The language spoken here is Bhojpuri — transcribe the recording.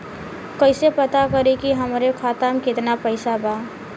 कइसे पता करि कि हमरे खाता मे कितना पैसा बा?